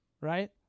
right